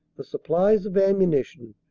the supplies of ammunition,